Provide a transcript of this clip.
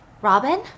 Robin